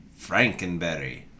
Frankenberry